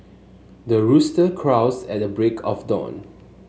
the rooster crows at the break of dawn